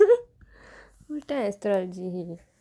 full time astrology